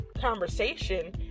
conversation